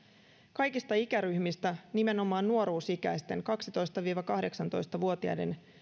kaikista ikäryhmistä nimenomaan nuoruusikäisten kaksitoista viiva kahdeksantoista vuotiaiden